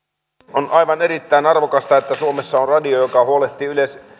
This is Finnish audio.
on aivan erittäin arvokasta että suomessa on radio joka huolehtii